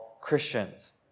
Christians